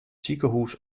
sikehûs